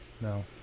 no